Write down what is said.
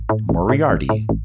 Moriarty